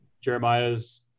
Jeremiah's